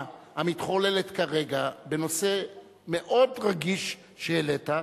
המתחוללת כרגע בנושא מאוד רגיש שהעלית,